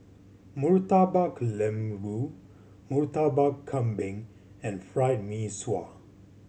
Murtabak Lembu Murtabak Kambing and Fried Mee Sua